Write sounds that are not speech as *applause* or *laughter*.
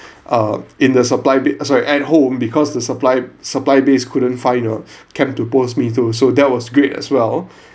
uh in the supply bit sorry at home because the supply supply base couldn't find a *breath* camp to post me to so that was great as well *breath*